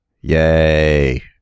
Yay